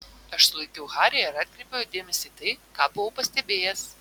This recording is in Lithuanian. aš sulaikiau harį ir atkreipiau jo dėmesį į tai ką buvau pastebėjęs